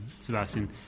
Sebastian